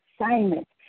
assignments